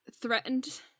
threatened